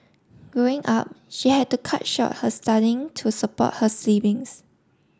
growing up she had to cut short her studying to support her siblings